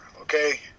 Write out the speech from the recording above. okay